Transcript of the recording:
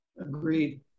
Agreed